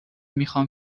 میخوام